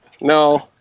No